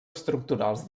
estructurals